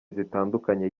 zitandukanye